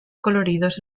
coloridos